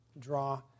draw